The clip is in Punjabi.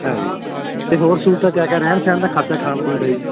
ਅੱਛਿਆ ਜੀ ਅਤੇ ਹੋਰ ਸਹੂਲਤਾਂ ਕਿਆ ਕਿਆ ਰਹਿਣ ਸਹਿਣ ਦਾ ਖਰਚਾ ਖਾਣ ਪੀਣ ਦਾ ਜੀ